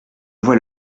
vois